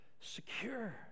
secure